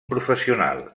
professional